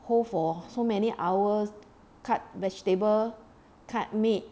hold for so many hours cut vegetable cut meat